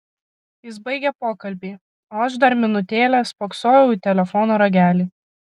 jis baigė pokalbį o aš dar minutėlę spoksojau į telefono ragelį